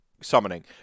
summoning